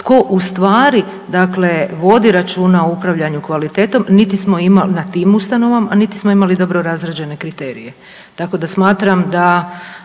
tko ustvari vodi računa o upravljanju kvalitetom, niti smo imali nad tim ustanovama, a niti smo imali dobro razrađene kriterije. Tako da smatram da